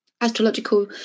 astrological